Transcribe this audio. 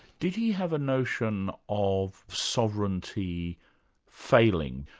did he have a notion of sovereignty failing?